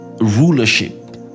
Rulership